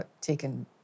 taken